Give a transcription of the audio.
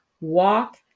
Walk